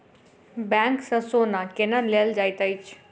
bank सँ सोना केना लेल जाइत अछि